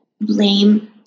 blame